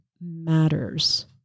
matters